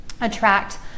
attract